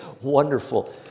wonderful